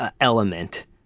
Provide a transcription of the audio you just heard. element